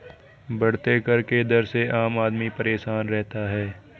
बढ़ते कर के दर से आम आदमी परेशान रहता है